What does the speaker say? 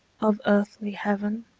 of earthly heaven,